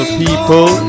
people